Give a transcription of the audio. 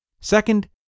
Second